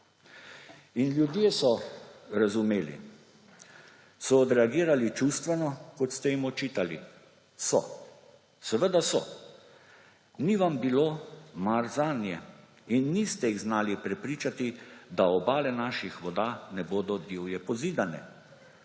In ljudje so razumeli, so odreagirali čustveno, kot ste jim očitali. So, seveda so! Ni vam bilo mar zanje in niste jih znali prepričati, da obale naših voda ne bodo divje pozidane.